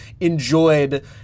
enjoyed